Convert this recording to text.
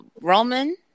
Roman